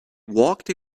walked